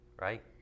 right